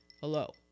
Hello